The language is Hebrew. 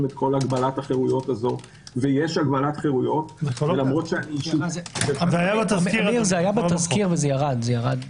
את הגבלת החירויות ויש הגבלת חירויות- -- זה היה בתזכיר וירד.